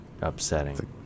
upsetting